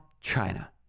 China